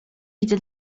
widzę